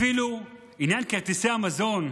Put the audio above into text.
אפילו עניין כרטיסי המזון,